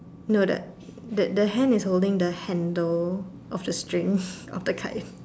no the the hand is holding the handle of the strings of the kite